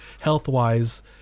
health-wise